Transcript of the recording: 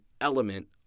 element